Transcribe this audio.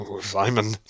Simon